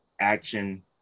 action